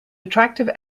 attractive